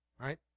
Right